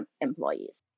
employees